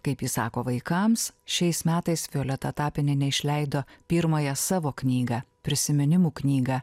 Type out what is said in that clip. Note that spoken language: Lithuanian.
kaip ji sako vaikams šiais metais violeta tapinienė išleido pirmąją savo knygą prisiminimų knygą